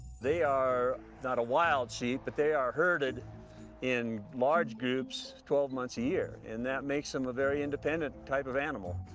they are not wild sheep but they are herded in large groups twelve months a year, and that makes them a very independent type of animal.